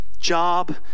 job